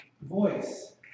voice